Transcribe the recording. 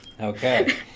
Okay